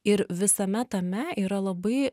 ir visame tame yra labai